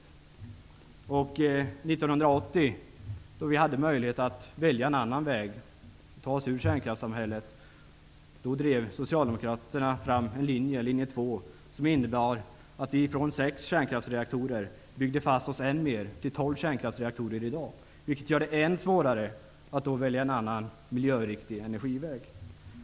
År 1980 när vi hade möjlighet att välja en annan väg för att ta oss ur kärnkraftssamhället, drev socialdemokraterna fram linje 2. Det innebar att från sex kärnkraftsreaktorer byggdes vi än mer fast till 12 kärnkraftsreaktorer i dag. Det gör det än svårare att välja en annan miljöriktig väg för energin.